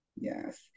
Yes